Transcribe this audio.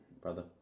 brother